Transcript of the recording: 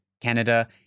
Canada